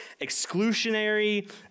exclusionary